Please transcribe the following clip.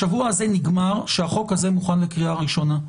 השבוע הזה נגמר כשהחוק הזה מוכן לקריאה ראשונה.